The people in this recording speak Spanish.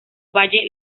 valle